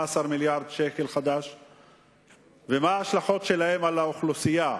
מיליארד ש"ח ומה ההשלכות שלו על האוכלוסייה?